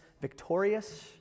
victorious